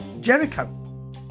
Jericho